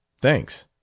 Thanks